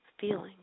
feeling